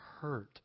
hurt